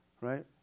right